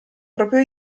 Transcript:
proprio